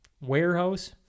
warehouse